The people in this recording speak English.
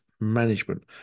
management